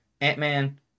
Ant-Man